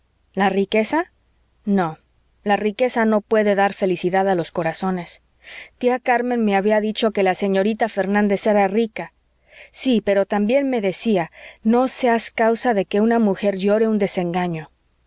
la riqueza no la riqueza no puede dar felicidad a los corazones tía carmen me había dicho que la señorita fernández era rica sí pero también me decía no seas causa de que una mujer llore un desengaño